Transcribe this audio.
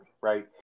right